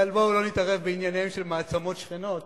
אבל בואו לא נתערב בענייניהן של מעצמות שכנות